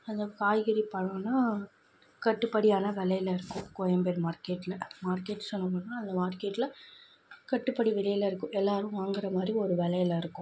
அந்த காய்கறி பழம்லாம் கட்டுப்படியான விலைலருக்கும் கோயம்பேடு மார்க்கெட்டில் மார்க்கெட் ஷாப்பில் அந்த மார்க்கெட்டில் கட்டுப்படி விலைலருக்கும் எல்லாரும் வாங்குற மாரி ஒரு விலைலருக்கும்